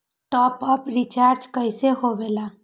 Top up recharge कइसे होएला?